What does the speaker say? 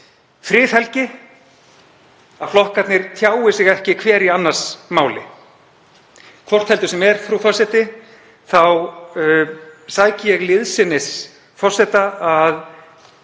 friðhelgi, að flokkarnir tjái sig ekki hver í annars máli? Hvort heldur sem er, frú forseti, þá óska ég liðsinnis forseta við